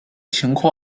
情况